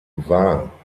war